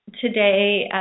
today